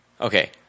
Okay